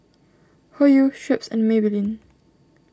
Hoyu Schweppes and Maybelline